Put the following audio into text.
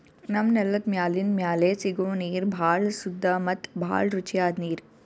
ನಮ್ಮ್ ನೆಲದ್ ಮ್ಯಾಲಿಂದ್ ಮ್ಯಾಲೆ ಸಿಗೋ ನೀರ್ ಭಾಳ್ ಸುದ್ದ ಮತ್ತ್ ಭಾಳ್ ರುಚಿಯಾದ್ ನೀರ್